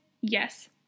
Yes